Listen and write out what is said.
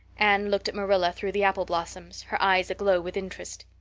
anne looked at marilla through the apple blossoms, her eyes aglow with interest.